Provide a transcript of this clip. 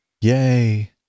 Yay